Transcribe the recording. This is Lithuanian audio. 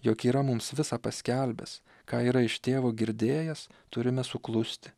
jog yra mums visa paskelbęs ką yra iš tėvo girdėjęs turime suklusti